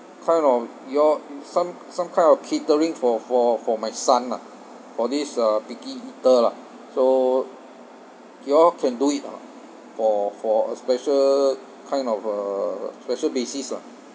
kind of your some some kind of catering for for for my son lah for this uh picky eater lah so you all can do it or not for for a special kind of uh special basis lah